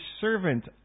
servant